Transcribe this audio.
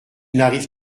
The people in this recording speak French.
n’arrive